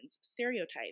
stereotypes